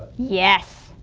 yes,